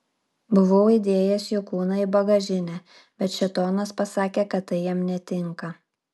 buvau įdėjęs jo kūną į bagažinę bet šėtonas pasakė kad tai jam netinka